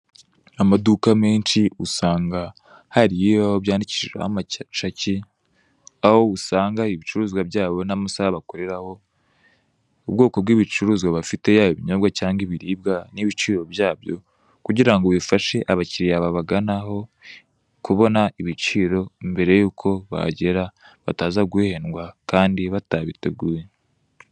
Amaduka menshi usanga hari ibibahu byandikishijweho amacaki, aho usanga ibicuruzwa byabo n'amasaha bakoreraho, ubwoko bw'ibicuruzwa bafite yaba ibinyobwa cyangwa ibiribwa n'ibiciro byabyo, kugirango bifashe abakiriya babaganaho kubona ibiciro mbere y'uko bahagera bataza guhendwa kandi batabiteguye.